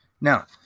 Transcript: Now